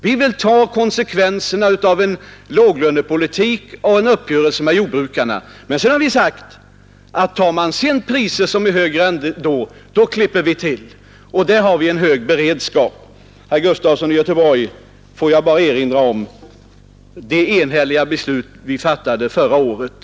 Vi vill ta konsekvenserna av en låglönepolitik och en uppgörelse med jordbrukarna, men vi har sagt: Om priserna blir ännu högre klipper vi till, och där har vi en hög beredskap. Får jag bara erinra om, herr Gustafson i Göteborg, det enhälliga beslut vi fattade förra året.